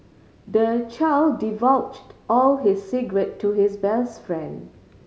the child divulged all his secret to his best friend